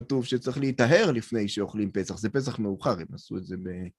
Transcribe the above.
כתוב שצריך להיטהר לפני שאוכלים פסח, זה פסח מאוחר, אם עשו את זה ב...